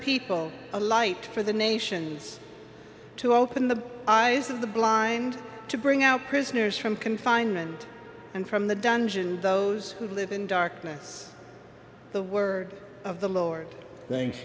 people a light for the nations to open the eyes of the blind to bring out prisoners from confinement and from the dungeon those who live in darkness the word of the lord thank